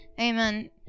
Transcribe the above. Amen